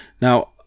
now